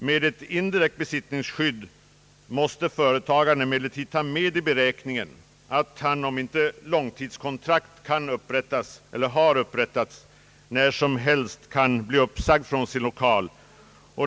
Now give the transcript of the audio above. Med ett indirekt besittningsskydd måste företagaren emellertid ta i beräkning att han när som helst kan bli uppsagd från sin lokal, om inte långtidskontrakt har upprättats.